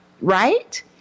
right